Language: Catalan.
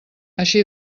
així